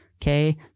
Okay